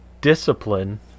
discipline